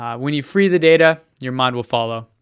ah when you free the data, your mind will follow.